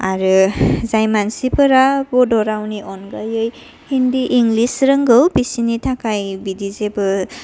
आरो जाय मानसिफोरा बड' रावनि अनगायै हिन्दि इंलिस रोंगौ बिसिनि थाखाय बिदि जेबो